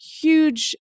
huge